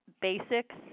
basics